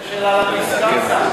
למה הסכמת?